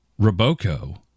Roboco